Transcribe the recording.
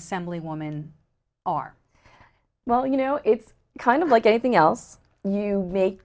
assembly woman are well you know it's kind of like anything else you make